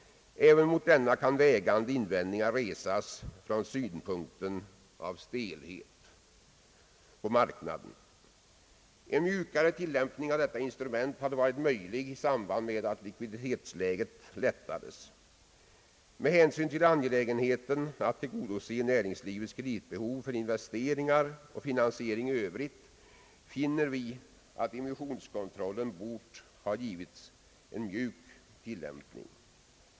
Även mot denna kan vägande invändningar resas från synpunkten av stelhet på marknaden. En mjukare tillämpning av detta instrument hade varit möjlig i samband med att likviditetsläget lättades. Med hänsyn till angelägenheten av att tillgodose näringslivets kreditbehov för investeringar och finansiering i övrigt finner vi att emissionskontrollen borde ha givits en mjuk tillämpning.